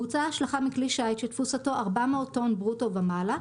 בוצעה השלכה מכלי שיט שתפוסתו 400 טון ברוטו ומעלה,